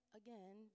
again